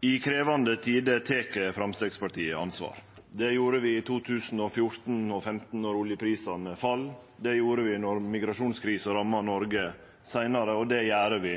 I krevjande tider tek Framstegspartiet ansvar. Det gjorde vi i 2014 og 2015, då oljeprisane fall, det gjorde vi då migrasjonskrisa ramma Noreg seinare, og det gjer vi